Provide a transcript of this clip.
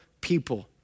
people